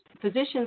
Physicians